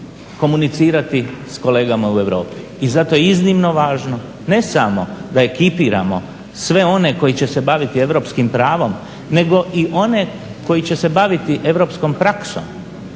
I zato je iznimno važno ne sam da je ekipiramo sve one koji će se baviti europskim pravom nego i one koji će se baviti europskom praksom,